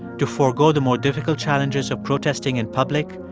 to forgo the more difficult challenges of protesting in public,